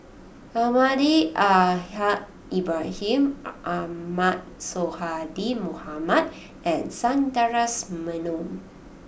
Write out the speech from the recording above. Almahdi Al Haj Ibrahim Ahmad Sonhadji Mohamad and Sundaresh Menon